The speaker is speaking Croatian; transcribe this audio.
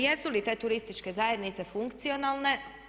Jesu li te turističke zajednice funkcionalne?